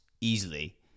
easily